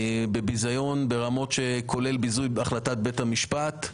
ביזיון ברמות, כולל ביזוי החלטת בית המשפט.